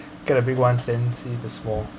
going to be once then sees the small